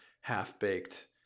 half-baked